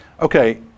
okay